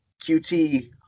QT